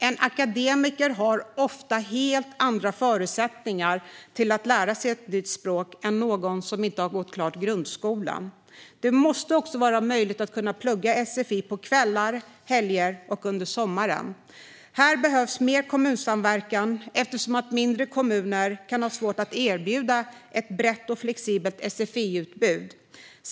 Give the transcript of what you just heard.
En akademiker har ofta helt andra förutsättningar att lära sig ett nytt språk än någon som inte gått klart grundskolan. Det måste också vara möjligt att plugga sfi på kvällar, helger och under sommaren. Här behövs mer kommunsamverkan eftersom mindre kommuner kan ha svårt att erbjuda ett brett och flexibelt sfi-utbud.